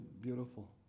beautiful